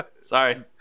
sorry